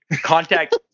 contact